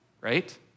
right